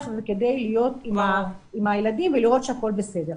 וכדי להיות עם הילדים ולראות שהכל בסדר.